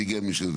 זה הגיע מזה.